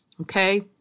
Okay